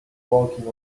walking